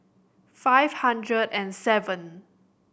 five hundred and seven